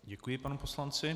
Děkuji panu poslanci.